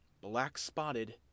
black-spotted